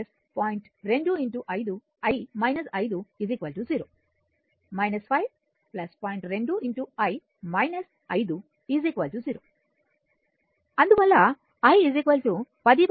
2 i 5 0 అందువల్ల i 100